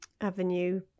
avenue